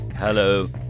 Hello